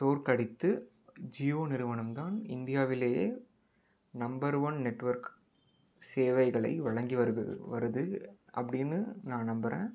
தோற்கடித்து ஜியோ நிறுவனம்தான் இந்தியாவிலேயே நம்பர் ஒன் நெட்வொர்க் சேவைகளை வழங்கி வருது வருது அப்படின்னு நான் நம்புகிறேன்